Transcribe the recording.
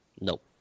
Nope